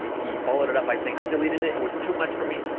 he followed it up by saying, i deleted it, it was too much for me,